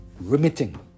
remitting